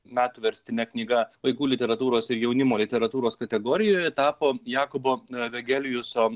metų verstine knyga vaikų literatūros ir jaunimo literatūros kategorijoje tapo jakobo vegelijuso